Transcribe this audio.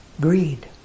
greed